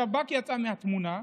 השב"כ יצא מהתמונה.